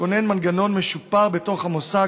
לכונן מנגנון משופר בתוך המוסד,